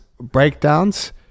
Breakdowns